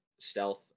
stealth